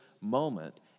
moment